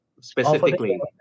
specifically